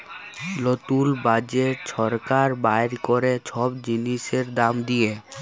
লতুল বাজেট ছরকার বাইর ক্যরে ছব জিলিসের দাম দিঁয়ে